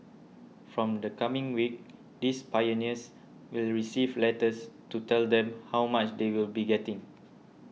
from the coming week these pioneers will receive letters to tell them how much they will be getting